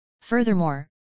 Furthermore